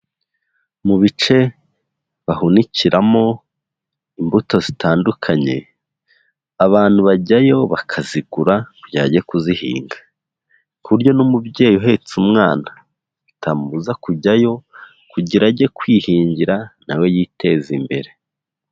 Mu bice bahunikiramo imbuto zitandukanye, abantu bajyayo bakazigura kugira bajye kuzihinga, ku buryo n'umubyeyi uhetse umwana bitamubuza kujyayo kugira ajye kwihingira na we yiteza imbere.